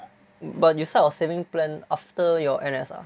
but you start your saving plan after your N_S ah